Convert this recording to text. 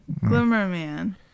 Glimmerman